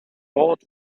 old